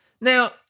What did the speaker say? Now